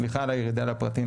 סליחה על הירידה לפרטים,